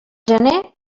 gener